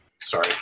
Sorry